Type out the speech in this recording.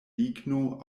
ligno